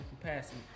capacity